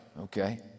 okay